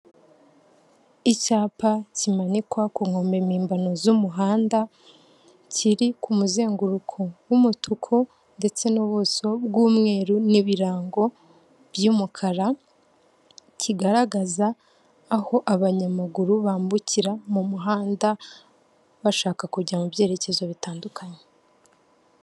Icyapa kimanikwa ku nkombe mpimbano z'umuhanda kiri ku muzenguruko w'umutuku ndetse n'ubuso bw'umweru n'ibirango by'umukara, kigaragaza aho abanyamaguru bambukira mu muhanda bashaka kujya mu byerekezo bitandukanye.